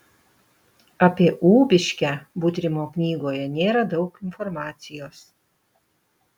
apie ubiškę butrimo knygoje nėra daug informacijos